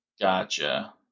Gotcha